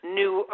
new